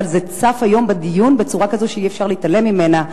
אבל זה צף היום בדיון בצורה כזאת שאי-אפשר להתעלם ממנה,